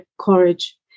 courage